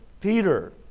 Peter